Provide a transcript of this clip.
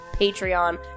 Patreon